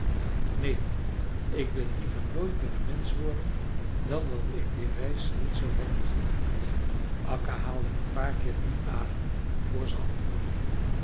neen ik wil liever nooit meer een mensch worden dan dat ik die reis niet zou hebben gemaakt akka haalde een paar keer diep adem voor ze antwoordde